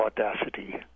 audacity